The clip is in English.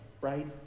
right